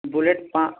Bullet